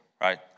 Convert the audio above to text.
right